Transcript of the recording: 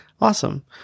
Awesome